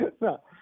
No